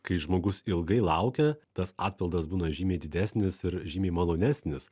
kai žmogus ilgai laukia tas atpildas būna žymiai didesnis ir žymiai malonesnis